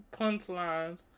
punchlines